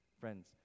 friends